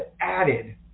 added